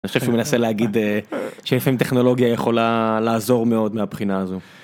אני חושב שהוא מנסה להגיד שיש לי טכנולוגיה יכולה לעזור מאוד מהבחינה הזו.